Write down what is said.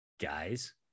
guys